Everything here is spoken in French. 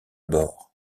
bord